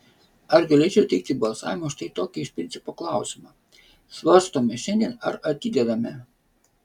ar galėčiau teikti balsavimui štai tokį iš principo klausimą svarstome šiandien ar atidedame